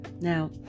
Now